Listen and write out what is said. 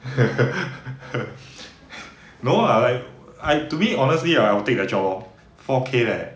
no lah like I to me honestly ah I will take the job lor four K leh